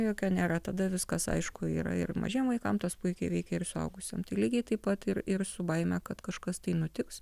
jokio nėra tada viskas aišku yra ir mažiem vaikam tas puikiai veikia ir suaugusiam tai lygiai taip pat ir ir su baime kad kažkas tai nutiks